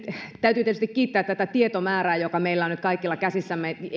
täytyy tietysti kiittää tätä tietomäärää joka meillä on nyt kaikilla käsissämme